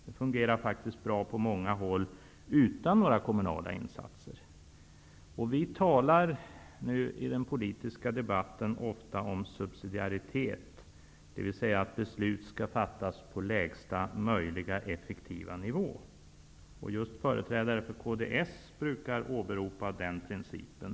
Det fungerar bra på många håll utan kommunala insatser. Nu talas det ofta i den politiska debatten om subsidiaritet, dvs. att beslut skall fattas på lägsta möjliga effektiva nivå. Just företrädare för kds brukar åberopa den principen.